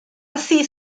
así